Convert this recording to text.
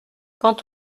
quant